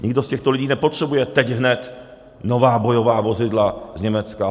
Nikdo z těchto lidí nepotřebuje teď hned nová bojová vozidla z Německa.